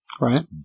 Right